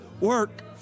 work